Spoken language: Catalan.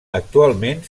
actualment